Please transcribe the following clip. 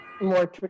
more